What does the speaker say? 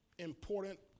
important